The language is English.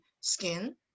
skin